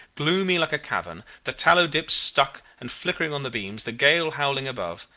gloomy like a cavern, the tallow dips stuck and flickering on the beams, the gale howling above,